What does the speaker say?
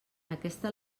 aquesta